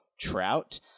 trout